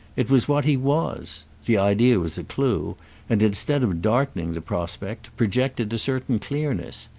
it was what he was. the idea was a clue and, instead of darkening the prospect, projected a certain clearness.